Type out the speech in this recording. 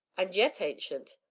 and yet, ancient,